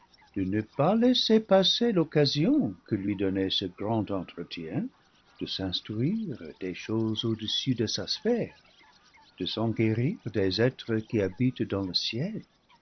de ne pas laisser passer l'occasion que lui donnait ce grand entretien de s'instruire des choses au-dessus de sa sphère de s'enquérir des êtres qui habitent dans le ciel